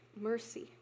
mercy